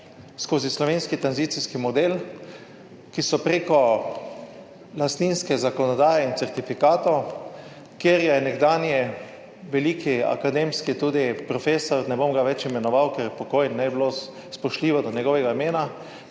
skozi slovenski tranzicijski model, ki so preko lastninske zakonodaje in certifikatov, kjer je nekdanji veliki akademski, tudi profesor, ne bom ga več imenoval, ker je pokojni, ne bilo spoštljivo do njegovega imena,